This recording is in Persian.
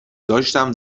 داشتم